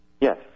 Yes